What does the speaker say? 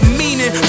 meaning